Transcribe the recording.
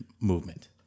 movement